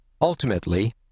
Ultimately